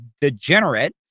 degenerate